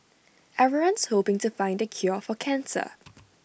everyone's hoping to find the cure for cancer